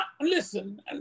listen